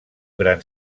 gran